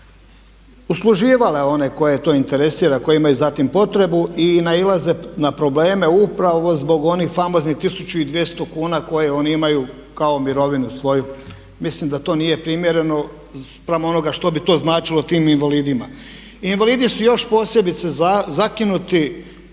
usluživale one koje to interesira, koji imaju za tim potrebu i nailaze na probleme upravo zbog onih famoznih 1200 kuna koje oni imaju kao mirovinu svoju. Mislim da to nije primjereno spram onoga što bi to značilo tim invalidima. Invalidi su još posebice zakinuti